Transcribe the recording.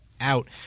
out